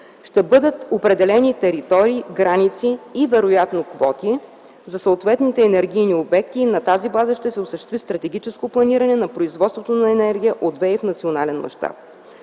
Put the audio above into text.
ще бъдат определени територии, граници и вероятно квоти за съответните енергийни обекти и на тази база ще се осъществи стратегическо планиране на производството на енергия от възобновяеми